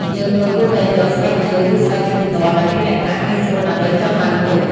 យើងក៏គួរតែយក ស្បែកជើង ឬស្បែកជើងផ្ទាត់ដែលមានលក្ខណៈងាយស្រួលដើម្បីចុះឡើងទូក។